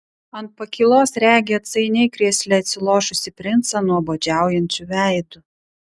ant pakylos regi atsainiai krėsle atsilošusį princą nuobodžiaujančiu veidu